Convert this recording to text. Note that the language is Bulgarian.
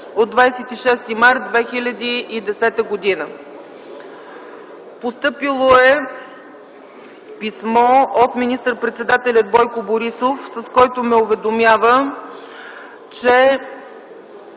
от 26 март 2010 г. Постъпило е писмо от министър-председателя Бойко Борисов, с което ме уведомява, че